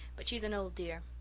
but she is an old dear.